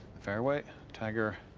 fairway tiger.